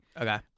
Okay